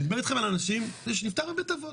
אני מדבר אתכם על אדם שנפטר בבית אבות.